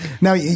Now